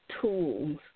tools